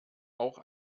auch